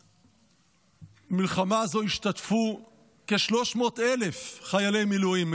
במלחמה הזאת השתתפו כ-300,000 חיילי מילואים,